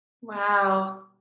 Wow